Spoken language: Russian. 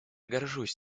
горжусь